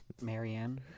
Marianne